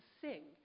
sing